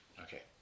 Okay